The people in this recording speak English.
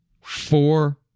four